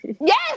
Yes